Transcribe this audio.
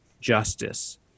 justice